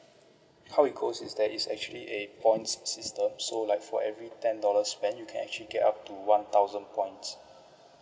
how it goes is that it's actually a points system so like for every ten dollars spend you can actually get up to one thousand points